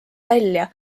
välja